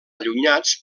allunyats